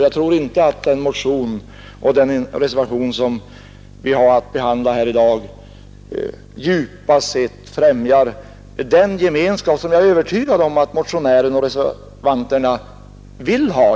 Jag tror inte heller att den motion och den reservation som vi nu behandlar djupast sett främjar den gemenskap, som jag är övertygad om att motionärerna och reservanterna vill nå.